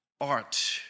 art